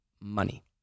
money